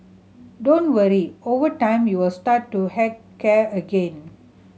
don't worry over time you will start to heck care again